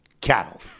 cattle